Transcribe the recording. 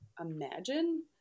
imagine